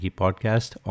podcast